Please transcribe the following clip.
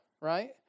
right